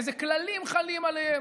איזה כללים חלים עליהם,